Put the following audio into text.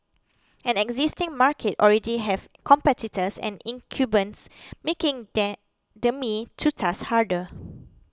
an existing market already has competitors and incumbents making the me too task harder